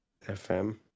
FM